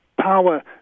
power